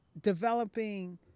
developing